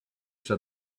said